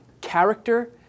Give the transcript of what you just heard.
character